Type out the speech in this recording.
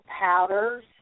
powders